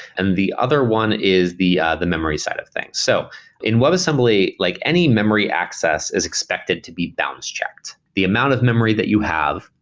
and the other one is the the memory side of things. so in webassembly, like any memory access is expected to be bounce checked. the amount of memory that you have,